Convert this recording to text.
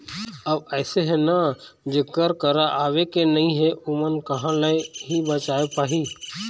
अब अइसे हे ना जेखर करा आवके नइ हे ओमन ह कहाँ ले ही बचाय पाही